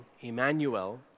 Emmanuel